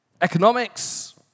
economics